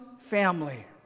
family